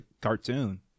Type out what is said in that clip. cartoon